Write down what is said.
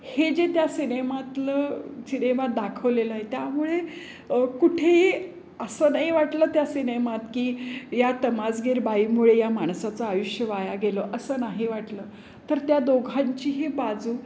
हे जे त्या सिनेमातलं सिनेमात दाखवलेलं आहे त्यामुळे कुठेही असं नाही वाटलं त्या सिनेमात की या तमासगीर बाईमुळे या माणसाचं आयुष्य वाया गेलं असं नाही वाटलं तर त्या दोघांचीही बाजू